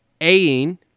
a-ing